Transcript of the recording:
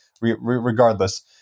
regardless